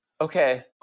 Okay